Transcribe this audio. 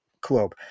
Club